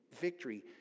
victory